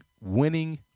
Winning